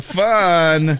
fun